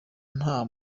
nta